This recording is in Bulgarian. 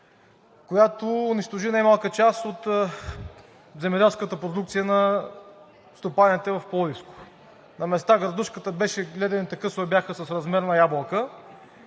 която унищожи немалка част от земеделската продукция на стопаните в Пловдивско. На места ледените късове бяха с размер на ябълка